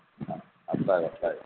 అట్లాగే అట్లాగే